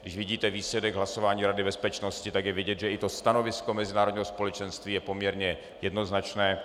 Když vidíte výsledek hlasování Rady bezpečnosti, tak je vidět, že i stanovisko mezinárodního společenství je poměrně jednoznačné.